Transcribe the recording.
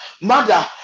Mother